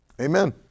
Amen